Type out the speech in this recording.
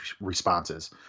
responses